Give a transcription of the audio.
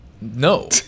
No